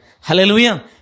Hallelujah